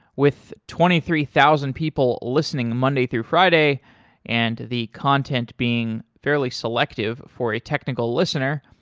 with twenty three thousand people listening monday through friday and the content being fairly selective for a technical listener,